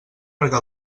perquè